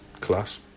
class